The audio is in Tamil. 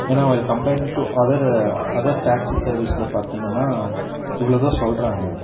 ஏன்னால் oil comparing to other other taxi சர்விஸில் பார்த்தீங்கன்னா இவ்வளோ தான் சொல்கிறாங்க